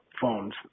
phones